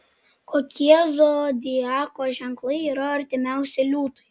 kokie zodiako ženklai yra artimiausi liūtui